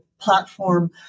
platform